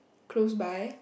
close by